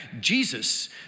Jesus